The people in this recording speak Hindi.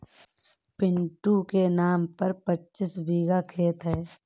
पिंटू के नाम पर पच्चीस बीघा खेत है